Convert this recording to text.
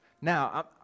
Now